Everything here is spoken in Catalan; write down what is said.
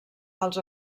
als